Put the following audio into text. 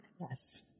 Yes